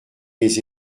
mes